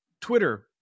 Twitter